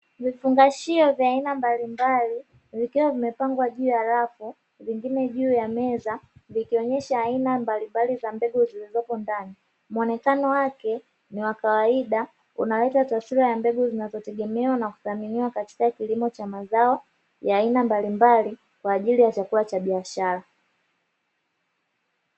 Vifungashio vya aina mbalimbali vikiwa vimepangwa juu ya rafu, vingine juu ya meza vikionyesha aina mbalimbali za mbegu zilizopo ndani. Muonekano wake ni wa kawaida unaleta taswira ya mbegu, zinazotegemewa na kuthaminiwa katika kilimo cha mazao ya aina mbalimbali kwa ajili ya chakula cha biashara.